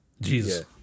Jesus